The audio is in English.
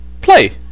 play